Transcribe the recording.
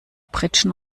pritschen